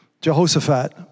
Jehoshaphat